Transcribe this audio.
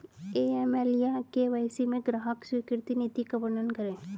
AML या KYC में ग्राहक स्वीकृति नीति का वर्णन करें?